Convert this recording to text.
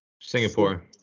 Singapore